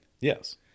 Yes